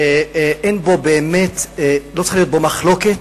זה מה שנקרא: "סכסוך עבודה".